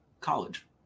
College